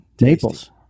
Naples